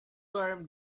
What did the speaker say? worm